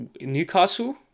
Newcastle